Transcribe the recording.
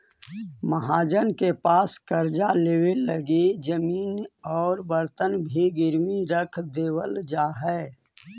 महाजन के पास कर्जा लेवे लगी इ जमीन औउर बर्तन भी गिरवी रख देवल जा हलई